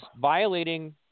violating